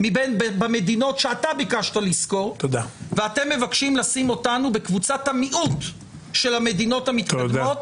בוודאי בנושאים מרכזיים כמו המשטר והיחסים